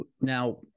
Now